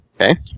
Okay